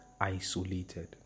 isolated